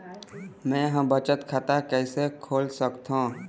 मै ह बचत खाता कइसे खोल सकथों?